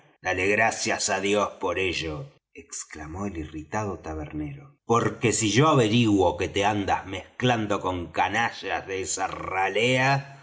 dále gracias á dios por ello exclamó el irritado tabernero porque si yo averiguo que te andas mezclando con canallas de esa ralea